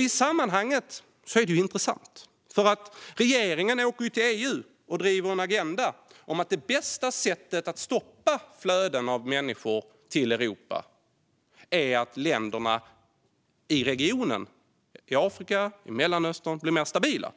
I sammanhanget är det intressant, för regeringen åker till EU och driver en agenda om att det bästa sättet att stoppa flöden av människor till Europa är att länderna i regionen - i Afrika och i Mellanöstern - blir mer stabila.